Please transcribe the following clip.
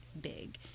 big